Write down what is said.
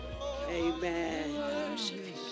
Amen